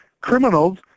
criminals